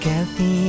Kathy